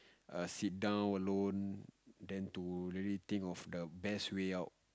err sit down alone then to really think of the best way out